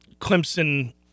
Clemson